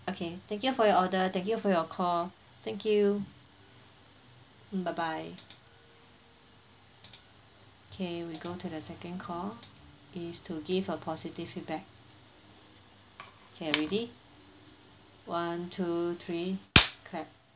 okay thank you for your order thank you for your call thank you mm bye bye okay we go to the second call is to give a positive feedback okay ready one two three clap